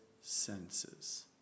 senses